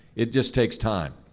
it just takes time.